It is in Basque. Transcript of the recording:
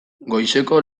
goizeko